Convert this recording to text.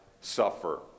suffer